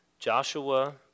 Joshua